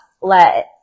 let